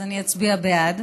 אז אני אצביע בעד.